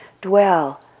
dwell